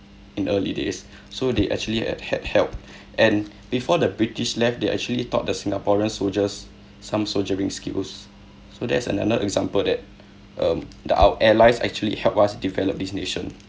in early days so they actually had had helped and before the british left they actually taught the singaporean soldiers some soldiering skills so there's another example that um that our allies actually help us develop this nation